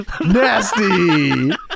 Nasty